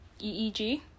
EEG